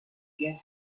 get